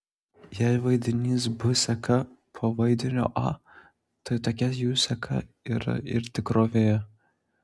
jei vaidinys b seka po vaidinio a tai tokia jų seka yra ir tikrovėje